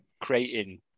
creating